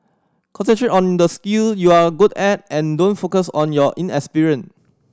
concentrate on the skill you're a good at and don't focus on your inexperience